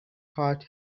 heart